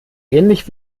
ähnlich